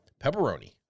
pepperoni